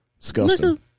disgusting